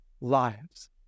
lives